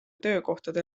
töökohtade